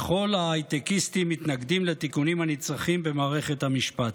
וכל ההייטקיסטים מתנגדים לתיקונים הנצרכים במערכת המשפט,